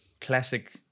Classic